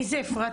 אפרת